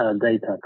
data